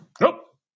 Nope